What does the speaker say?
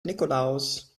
nikolaus